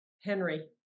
Henry